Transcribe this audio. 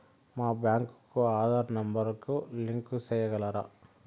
మా బ్యాంకు కు ఆధార్ నెంబర్ కు లింకు సేయగలరా?